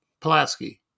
Pulaski